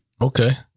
Okay